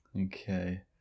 Okay